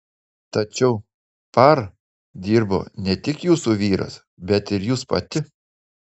tačiau par dirbo ne tik jūsų vyras bet ir jūs pati